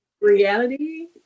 Reality